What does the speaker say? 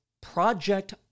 Project